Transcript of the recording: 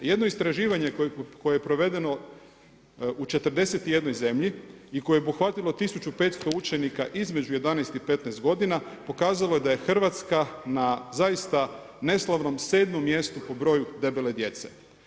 Jedno istraživanje koje je provedeno u 41 zemlji i koje je obuhvatilo 1500 učenika između 11 i 15 godina pokazalo je da je Hrvatska na zaista neslavnom 7 mjestu po broju debele djece.